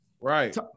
right